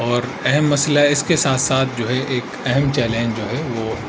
اور اہم مسئلہ اس کے ساتھ ساتھ جو ہے ایک اہم چیلنج جو ہے وہ